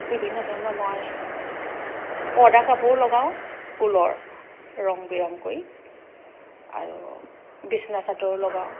বিভিন্ন ধৰণৰ মই পৰ্দা কাপোৰো লগাওঁ ঊলৰ ৰং বিৰঙ কৰি আৰু বিছনা চাদৰো লগাওঁ